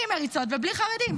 עם מריצות ובלי חרדים,